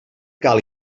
cal